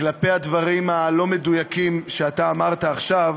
כלפי הדברים הלא-מדויקים שאתה אמרת עכשיו,